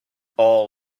all